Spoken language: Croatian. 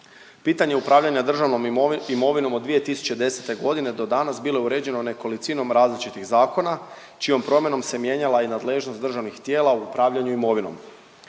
Pitanje upravljanja državnom imovinom od 2010. godine do danas bilo je uređeno nekolicinom različitih zakona čijom promjenom se mijenjala i nadležnost državnih tijela u upravljanju imovinom.